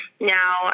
Now